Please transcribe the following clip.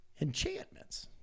enchantments